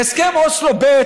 בהסכם אוסלו ב',